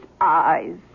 eyes